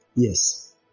Yes